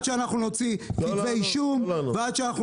עד שתהיה ועדת חקירה ועד שאנחנו נוציא כתבי אישום ועד שאנחנו